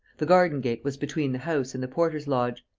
the garden-gate was between the house and the porter's lodge.